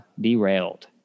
derailed